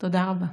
תודה רבה.